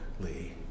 Lee